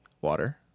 Water